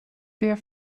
der